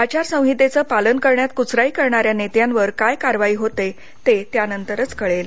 आचारसंहितेचं पालन करण्यात कुचराई करणाऱ्या नेत्यांवर काय कारवाई होते ते त्यानंतरच कळेल